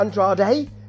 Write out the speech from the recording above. Andrade